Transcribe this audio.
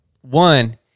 One